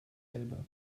elbe